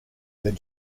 than